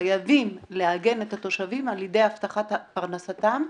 חייבים לעג את התושבים על ידי הבטחת פרנסתם,